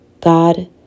God